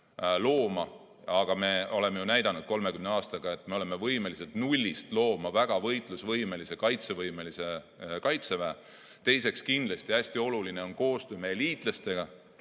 looma. Me oleme ju näidanud 30 aastaga, et me oleme võimelised nullist looma väga võitlusvõimelise, kaitsevõimelise kaitseväe. Teiseks, kindlasti on hästi oluline koostöö meie liitlastega,